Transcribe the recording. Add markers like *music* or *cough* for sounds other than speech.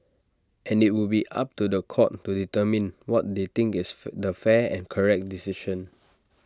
and IT would be up to The Court to determine what they think is *noise* the fair and correct decision